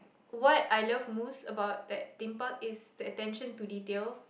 what I love most about that Theme Park is the attention to detail